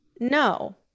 No